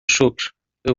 شکر، به